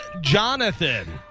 Jonathan